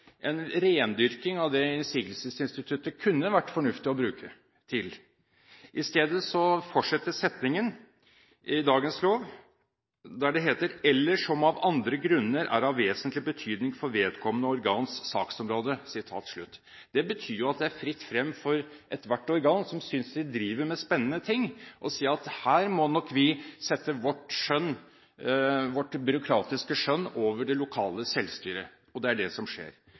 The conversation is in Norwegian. rendyrking av det som det kunne være fornuftig å bruke innsigelsesinstituttet til. Istedenfor fortsetter setningen i dagens lov: «eller som av andre grunner er av vesentlig betydning for vedkommende organs saksområde.» Det betyr jo at det er fritt frem for ethvert organ som synes de driver med spennende ting, å si at man her nok må sette byråkratiske skjønn over det lokale selvstyret. Det er det som skjer.